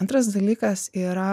antras dalykas yra